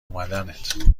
اومدنت